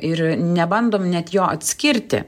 ir nebandom net jo atskirti